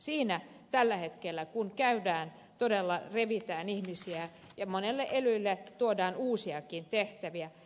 siinä tällä hetkellä todella revitään ihmisiä ja monelle elylle tuodaan uusiakin tehtäviä